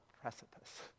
precipice